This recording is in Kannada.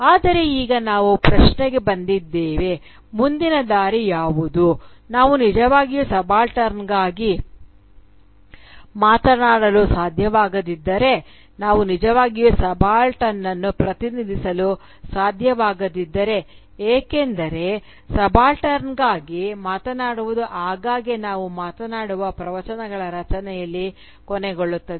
ಆದರೆ ಈಗ ನಾವು ಪ್ರಶ್ನೆಗೆ ಬಂದಿದ್ದೇವೆ ಮುಂದಿನ ದಾರಿ ಯಾವುದು ನಾವು ನಿಜವಾಗಿಯೂ ಸಬಾಲ್ಟರ್ನ್ ಗಾಗಿ ಮಾತನಾಡಲು ಸಾಧ್ಯವಾಗದಿದ್ದರೆ ನಾವು ನಿಜವಾಗಿಯೂ ಸಬಾಲ್ಟರ್ನ್ ಅನ್ನು ಪ್ರತಿನಿಧಿಸಲು ಸಾಧ್ಯವಾಗದಿದ್ದರೆ ಏಕೆಂದರೆ ಸಬಾಲ್ಟರ್ನಗಾಗಿ ಮಾತನಾಡುವುದು ಆಗಾಗ್ಗೆ ನಾವು ಮಾತನಾಡುವ ಪ್ರವಚನಗಳ ರಚನೆಯಲ್ಲಿ ಕೊನೆಗೊಳ್ಳುತ್ತದೆ